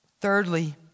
Thirdly